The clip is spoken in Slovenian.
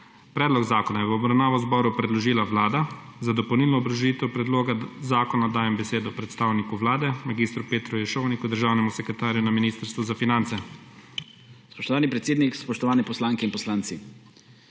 Predlog zakona je v obravnavo zboru predložila Vlada. Za dopolnilno obrazložitev predloga zakona dajem besedo predstavniku Vlade mag. Petru Ješovniku, državnemu sekretarju na Ministrstvu za finance. **MAG. PETER JEŠOVNIK:** Spoštovani predsednik, spoštovane poslanke in poslanci!